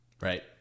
Right